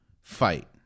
fight